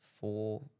four